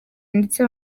ndetse